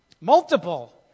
Multiple